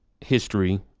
history